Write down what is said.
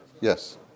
Yes